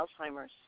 Alzheimer's